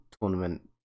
tournament